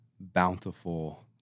bountiful